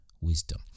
wisdom